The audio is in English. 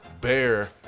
bear